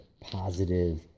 positive